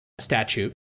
statute